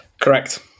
Correct